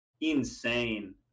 insane